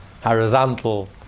horizontal